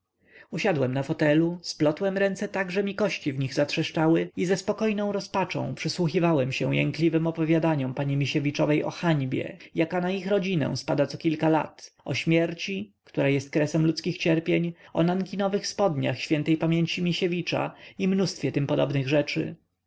usiadłem na fotelu splotłem ręce tak że mi kości w nich trzeszczały i ze spokojną rozpaczą przysłuchiwałem się jękliwym opowiadaniom pani misiewiczowej o hańbie jaka na ich rodzinę spada cokilka lat o śmierci która jest kresem ludzkich cierpień o nankinowych spodniach ś p misiewicza i mnóstwie tym podobnych rzeczy